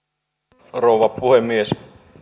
arvoisa rouva puhemies